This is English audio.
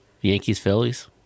Yankees-Phillies